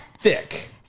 thick